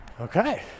okay